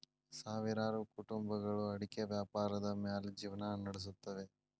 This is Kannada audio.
ಸಾವಿರಾರು ಕುಟುಂಬಗಳು ಅಡಿಕೆ ವ್ಯಾಪಾರದ ಮ್ಯಾಲ್ ಜಿವ್ನಾ ನಡಸುತ್ತವೆ